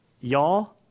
y'all